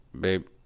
babe